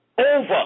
over